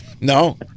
no